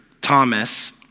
Thomas